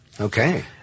Okay